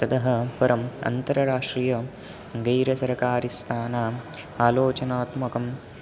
ततः परम् अन्ताराष्ट्रीयवैरसरकारिस्थानाम् आलोचनात्मकं